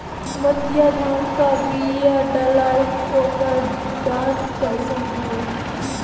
मोतिया धान क बिया डलाईत ओकर डाठ कइसन होइ?